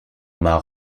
m’a